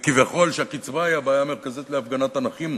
כביכול, הקצבה היא הבעיה המרכזית בהפגנת הנכים,